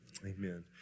amen